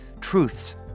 truths